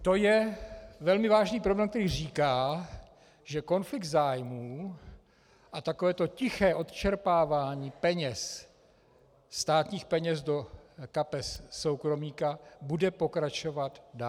To je velmi vážný problém, který říká, že konflikt zájmů a takové to tiché odčerpávání peněz, státních peněz, do kapes soukromníka bude pokračovat dál.